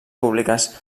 públiques